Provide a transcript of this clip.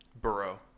burrow